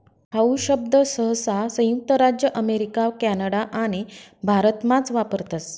how शब्द सहसा संयुक्त राज्य अमेरिका कॅनडा आणि भारतमाच वापरतस